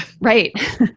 right